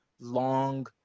long